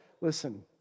Listen